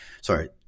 sorry